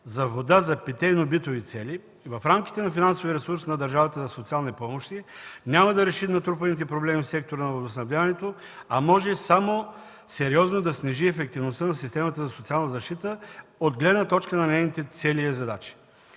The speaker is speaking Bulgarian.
за вода за питейно-битови цели в рамките на финансовия ресурс на държавата за социални помощи няма да реши натрупаните проблеми в сектора на водоснабдяването, а може само сериозно да снижи ефективността на системата за социална защита от гледна точка на нейните цели и задачи.